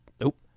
Nope